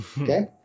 Okay